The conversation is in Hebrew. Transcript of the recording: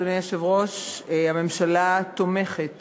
אדוני היושב-ראש, הממשלה תומכת